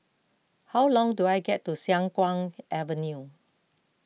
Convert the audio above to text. how long do I get to Siang Kuang Avenue